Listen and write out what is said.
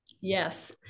Yes